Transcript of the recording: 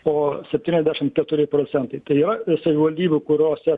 o septyniasdešim keturi procentai tai yra savivaldybių kuriose